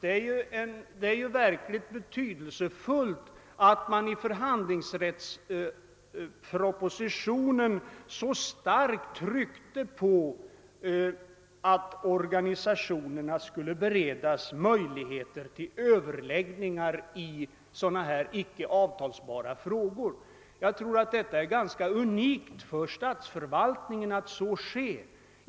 Det är ju mycket betydelsefullt att man i förhandlingsrättspropositionen så starkt tryckte på att organisationerna skulle beredas möjligheter till överläggningar i sådana icke avtalbara frågor. Jag tror att det är ganska unikt för statsförvaltningen att så sker.